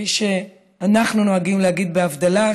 שכפי שאנחנו נוהגים להגיד בהבדלה,